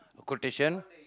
quotation